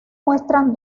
muestran